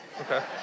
okay